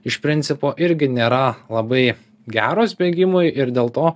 iš principo irgi nėra labai geros bėgimui ir dėl to